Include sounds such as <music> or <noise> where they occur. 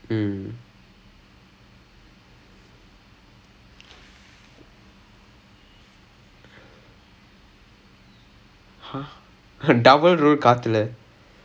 then I'm watching indoor cricket and these guys are like flying in the sky they're doing like what W roll in காற்றிலே:kaatrile and I'm like what am I watching right now <laughs> I was like what ya ya ya